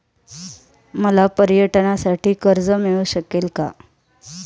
मला पर्यटनासाठी कर्ज मिळू शकेल का?